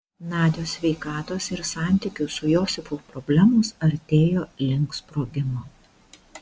nadios sveikatos ir santykių su josifu problemos artėjo link sprogimo